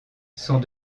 sont